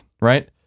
right